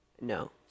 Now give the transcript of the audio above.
No